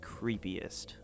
creepiest